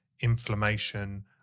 inflammation